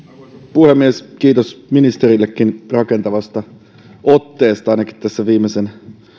puhemies kiitos ministerillekin rakentavasta otteesta ainakin tässä viimeisen